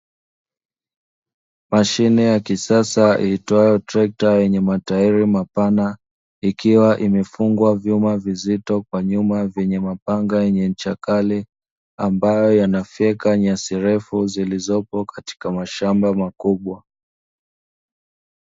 Mashine ya kisasa iitwayo trekta yenye matairi mapana ikiwa imefungwa vyuma vizito kwa nyuma, vyenye mapanga yenye cha kali ambayo yanafyeka nyasirefu zilizopo katika mashamba makubwa.